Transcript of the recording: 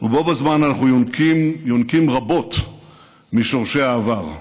ובו בזמן אנחנו יונקים רבות משורשי העבר.